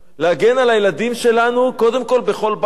ולהגן על הילדים שלנו קודם כול בכל בית,